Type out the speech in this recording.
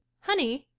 honey,